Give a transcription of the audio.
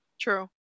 True